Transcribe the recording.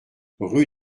rue